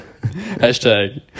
Hashtag